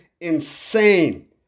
insane